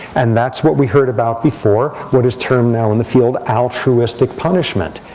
and that's what we heard about before, what is termed now in the field altruistic punishment.